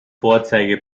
vorzeige